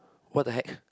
what the heck